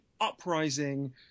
uprising